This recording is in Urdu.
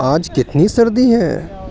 آج کتنی سردی ہے